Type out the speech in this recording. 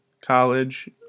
College